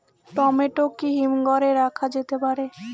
Tomato কি হিমঘর এ রাখা যেতে পারে?